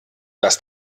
dass